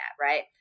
Right